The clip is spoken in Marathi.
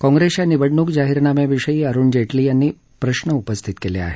काँग्रेसच्या निवडणूक जाहीरनाम्या विषयी अरुण जेटली यांनी प्रश्न उपस्थित केले आहेत